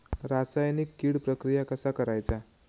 रासायनिक कीड प्रक्रिया कसा करायचा?